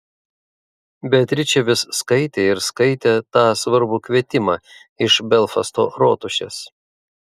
beatričė vis skaitė ir skaitė tą svarbų kvietimą iš belfasto rotušės